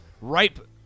ripe